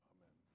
Amen